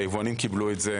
היבואנים קיבלו את זה,